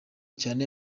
cyane